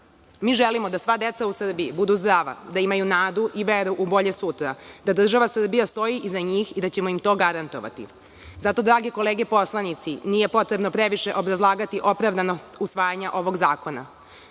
želimo da sva deca u Srbiji budu zdrava, da imaju nadu i veru u bolje sutra, da država Srbija stoji iza njih i da ćemo im to garantovati. Zato, drage kolege poslanici, nije previše obrazlagati opravdanost usvajanja ovog zakona.